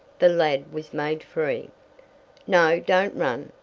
the lad was made free. no, don't run,